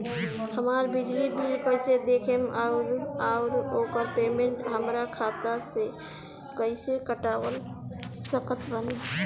हमार बिजली बिल कईसे देखेमऔर आउर ओकर पेमेंट हमरा खाता से कईसे कटवा सकत बानी?